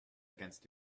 against